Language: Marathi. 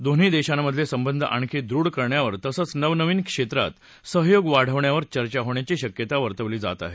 दोन्ही देशातले संबंध आणखी दृढ करण्यावर तसंच नवनवीन क्षेत्रात सहयोग वाढवण्यावर चर्चा होण्याची शक्यता वर्तवली जात आहे